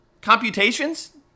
computations